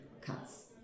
cuts